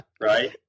right